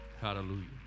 Hallelujah